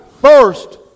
First